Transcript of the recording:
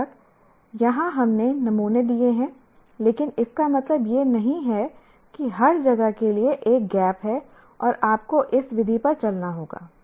बेशक यहां हमने नमूने दिए हैं लेकिन इसका मतलब यह नहीं है कि हर जगह के लिए एक गैप है और आपको इस विधि पर चलना होगा